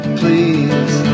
please